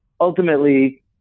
ultimately